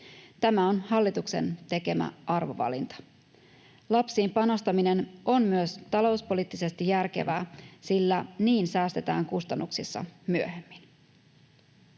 Tämä on hallituksen tekemä arvovalinta. Lapsiin panostaminen on myös talouspoliittisesti järkevää, sillä niin säästetään kustannuksissa myöhemmin.